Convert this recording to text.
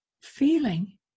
feeling